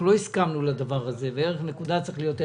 לא הסכמנו לדבר הזה, ערך נקודה 1 צריך להיות זהה.